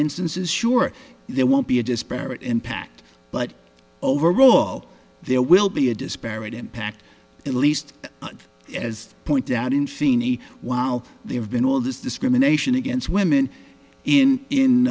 instances sure there won't be a disparate impact but overall there will be a disparate impact at least as pointed out in feeney while there have been all this discrimination against women in in